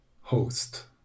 host